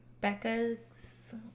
Becca's